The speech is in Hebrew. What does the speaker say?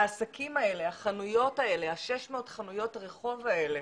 העסקים האלה, 600 חנויות הרחוב האלה,